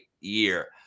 year